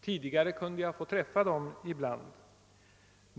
Tidigare kunde jag få träffa dem ibland.